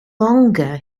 longer